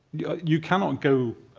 you cannot go